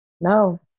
no